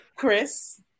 Chris